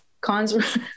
cons